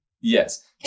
Yes